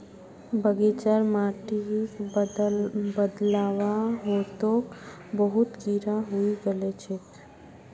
बगीचार माटिक बदलवा ह तोक बहुत कीरा हइ गेल छोक